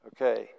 Okay